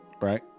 right